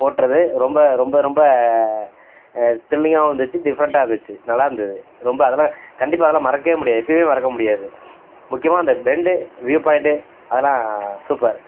ஓட்டுறது ரொம்ப ரொம்ப ரொம்ப த்ரில்லிங்காகவும் இருந்துச்சு டிஃப்ரெண்டாக இருந்துச்சு நல்லா இருந்தது ரொம்ப அதலாம் கண்டிப்பாக அதலாம் மறக்கவே முடியாது எப்பயுமே மறக்க முடியாது முக்கியமாக அந்த பெண்டு வ்யூ பாயிண்ட்டு அதலாம் சூப்பர்